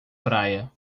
praia